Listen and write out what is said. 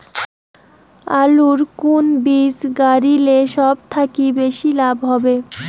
আলুর কুন বীজ গারিলে সব থাকি বেশি লাভ হবে?